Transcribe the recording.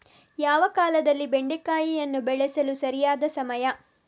ಯಾವ ಕಾಲದಲ್ಲಿ ಬೆಂಡೆಕಾಯಿಯನ್ನು ಬೆಳೆಸಲು ಸರಿಯಾದ ಸಮಯ?